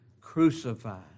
crucified